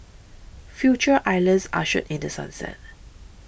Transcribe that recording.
Future Islands ushered in The Sunset